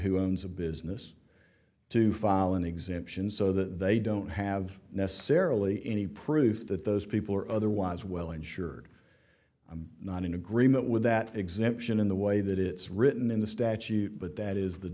who owns a business to file an exemption so that they don't have necessarily any proof that those people are otherwise well insured i'm not in agreement with that exemption in the way that it's written in the statute but that is the